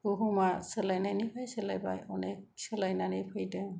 बुहुमा सोलायनायनिफ्राय सोलायबाय अनेख सोलायनानै फैदों